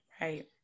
right